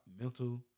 mental